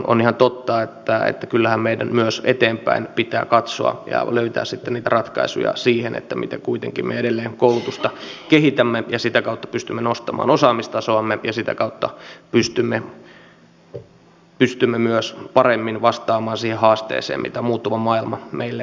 on ihan totta että kyllähän meidän myös eteenpäin pitää katsoa ja löytää sitten niitä ratkaisuja siihen miten me kuitenkin edelleen koulutusta kehitämme ja sitä kautta pystymme nostamaan osaamistasoamme ja myös paremmin vastaamaan siihen haasteeseen minkä muuttuva maailma meille tarjoaa